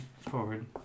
forward